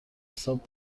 حساب